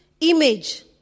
image